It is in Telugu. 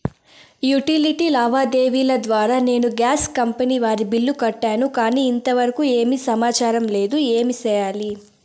యుటిలిటీ లావాదేవీల ద్వారా నేను గ్యాస్ కంపెని వారి బిల్లు కట్టాను కానీ ఇంతవరకు ఏమి సమాచారం లేదు, ఏమి సెయ్యాలి?